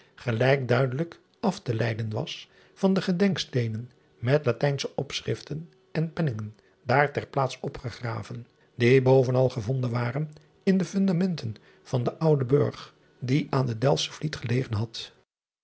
gelijk duidelijk afteleiden was van de gedenksteenen met atijnsche opschriften en penningen daar ter plaats opgegraven die bovenal gevonden waren in de fundamenten van den ouden urg die aan den elfschen liet gelegen had